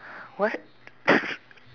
what